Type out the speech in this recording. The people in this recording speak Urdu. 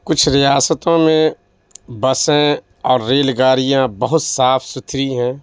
کچھ ریاستوں میں بسیں اور ریل گاڑیاں بہت صاف ستھری ہیں